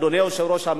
אדוני היושב-ראש,